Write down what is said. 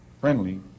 friendly